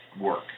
work